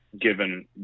given